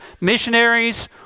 missionaries